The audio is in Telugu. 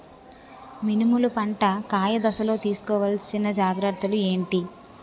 మినుములు పంట కాయ దశలో తిస్కోవాలసిన జాగ్రత్తలు ఏంటి?